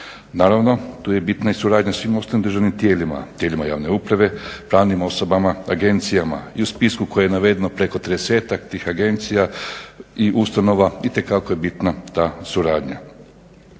Naravno tu je bitna i suradnja sa svim ostalim državnim tijelima, tijelima javne uprave, pravnim osobama, agencijama i u spisku koje je navedeno preko 30-tak tih agencija i ustanova itekako je bitna ta suradnja.